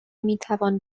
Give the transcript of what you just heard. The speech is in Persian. میتوان